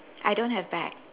I don't have bag